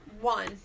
One